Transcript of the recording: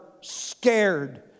scared